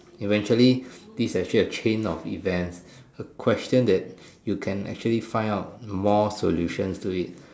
eventually this actually a chain of events question that you can actually find out more solutions to it